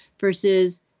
versus